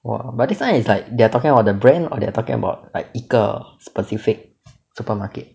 !wah! but this [one] it's like they're talking about the brand or they're talking about like 一个 specific supermarket